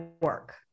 work